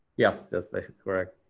yes, that's correct.